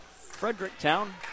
Fredericktown